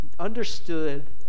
understood